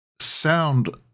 sound